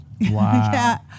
Wow